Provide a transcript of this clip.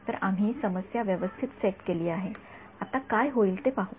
तर आम्ही समस्या व्यवस्थित सेट केली आहे आता काय होईल ते पाहूया